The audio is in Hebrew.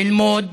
ללמוד,